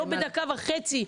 לא בדקה וחצי,